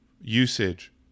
usage